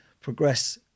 progress